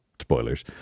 Spoilers